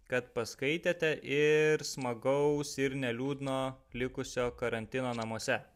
kad paskaitėte ir smagaus ir neliūdno likusio karantino namuose